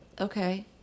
Okay